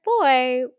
boy